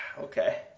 Okay